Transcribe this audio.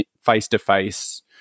face-to-face